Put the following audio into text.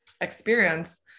experience